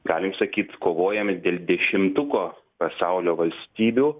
galim sakyt kovojom ir dėl dešimtuko pasaulio valstybių